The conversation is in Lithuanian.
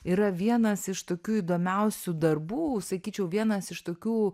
yra vienas iš tokių įdomiausių darbų sakyčiau vienas iš tokių